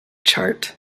chart